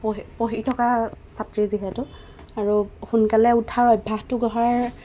পঢ়ি পঢ়ি থকা ছাত্ৰী যিহেতু আৰু সোনকালে উঠাৰ অভ্যাসটো গঢ়াৰ